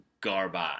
garbage